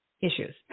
issues